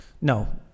No